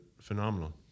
phenomenal